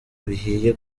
bihiye